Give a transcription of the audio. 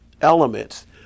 elements